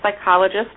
psychologist